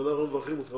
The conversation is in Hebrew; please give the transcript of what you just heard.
אנחנו מברכים אותך.